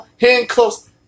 handcuffs